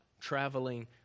traveling